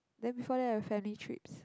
then before that your family trips